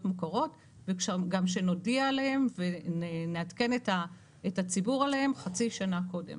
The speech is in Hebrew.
מוכרות וגם שנודיע עליהן ונעדכן את הציבור עליהן חצי שנה קודם